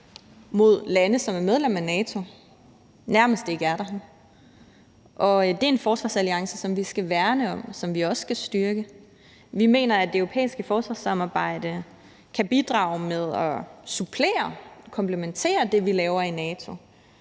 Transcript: mod lande, som er medlemmer af NATO, nærmest ikke er der, og det er en forsvarsalliance, som vi skal værne om, og som vi også skal styrke. Vi mener, at det europæiske forsvarssamarbejde kan bidrage med at supplere og komplimentere det, man laver i NATO,